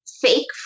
fake